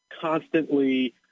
constantly